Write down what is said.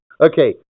Okay